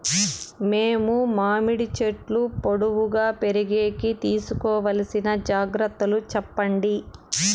మేము మామిడి చెట్లు పొడువుగా పెరిగేకి తీసుకోవాల్సిన జాగ్రత్త లు చెప్పండి?